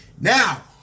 Now